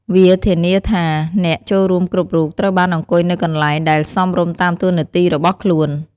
វាធានាថាអ្នកចូលរួមគ្រប់រូបត្រូវបានអង្គុយនៅកន្លែងដែលសមរម្យតាមតួនាទីរបស់ខ្លួន។